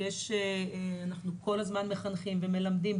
אנחנו כל הזמן מחנכים ומלמדים,